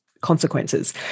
consequences